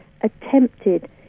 attempted